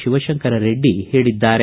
ಶಿವಶಂಕರ ರೆಡ್ಡಿ ಹೇಳಿದ್ದಾರೆ